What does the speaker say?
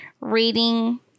reading